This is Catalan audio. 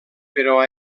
però